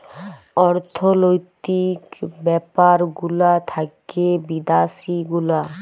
অর্থলৈতিক ব্যাপার গুলা থাক্যে বিদ্যাসি গুলা